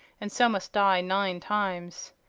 and so must die nine times.